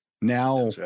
Now